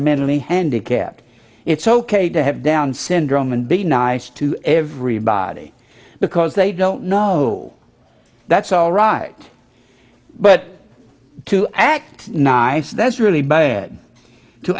mentally handicapped it's ok to have down syndrome and be nice to everybody because they don't know that's all right but to act nice that's really bad to